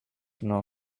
know